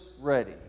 ready